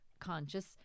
conscious